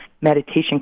meditation